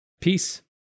Peace